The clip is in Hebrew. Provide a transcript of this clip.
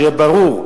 שיהיה ברור.